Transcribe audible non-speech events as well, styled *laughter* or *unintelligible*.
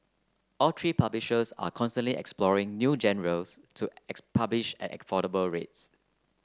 all three publishers are constantly exploring new *unintelligible* to *unintelligible* publish at affordable rates